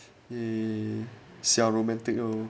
yea 小 romantic O